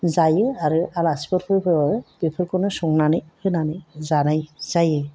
जायो आरो आलासिफोर फैबाबो बेफोरखौनो संनानै होनानै जानाय जायो